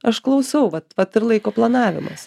aš klausau vat vat ir laiko planavimas